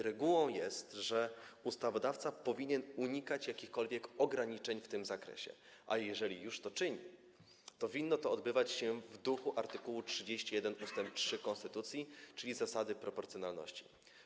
Regułą jest, że ustawodawca powinien unikać jakichkolwiek ograniczeń w tym zakresie, a jeżeli już to czyni, to winno się to odbywać w duchu art. 31 ust. 3 konstytucji, czyli zasady proporcjonalności.